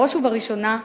בראש ובראשונה,